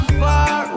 far